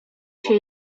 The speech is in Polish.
się